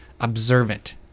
observant